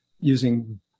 using